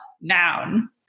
noun